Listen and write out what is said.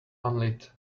unlit